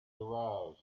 aroused